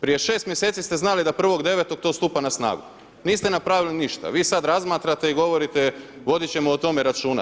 Prije 6 mj. ste znali da 1.9. to stupa na snagu, niste napravili ništa. vi sad razmatrate i govorite vodit ćemo o tome računa.